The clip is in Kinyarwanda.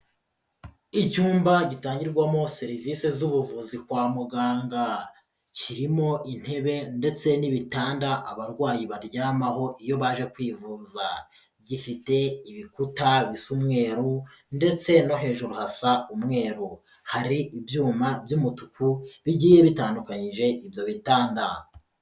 Icyumba gitangirwamo serivisi z'ubuvuzi kwa muganga kirimo intebe ndetse n'ibitanda abarwayi baryamaho iyo baje kwivuza, gifite ibikuta bisa umweru ndetse no hejuru hasa umweru, hari ibyuma by'umutuku bigiye bitandukanyije ibyo bitanda.